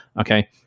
Okay